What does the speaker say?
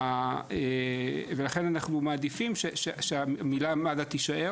לכן אנחנו מעדיפים שהמילה "מד"א" תישאר